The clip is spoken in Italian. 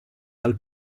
dal